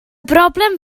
broblem